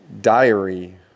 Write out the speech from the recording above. diary